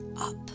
up